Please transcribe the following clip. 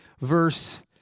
verse